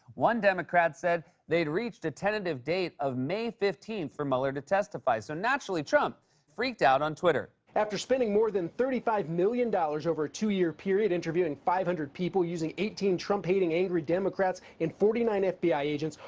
one democrat said they'd reached a tentative date of may fifteenth for mueller to testify. so naturally trump freaked out on twitter. after spending more than thirty five million dollars over a two-year period interviewing five hundred people, using eighteen trump-hating angry democrats and forty nine fbi agents,